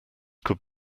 could